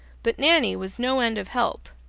but nanny was no end of help,